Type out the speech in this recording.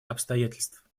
обстоятельств